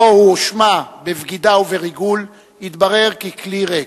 שבו הואשמה בבגידה ובריגול, התברר ככלי ריק.